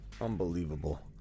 Unbelievable